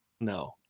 No